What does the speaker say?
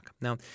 Now